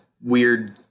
weird –